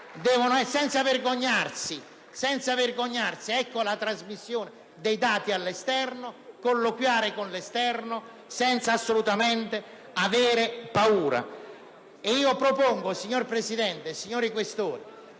senza vergognarsi. Ecco la trasmissione dei dati all'esterno: colloquiare con l'esterno senza assolutamente avere paura.